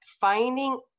finding